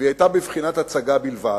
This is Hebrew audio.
והיא היתה בבחינת הצגה בלבד,